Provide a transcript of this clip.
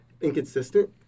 inconsistent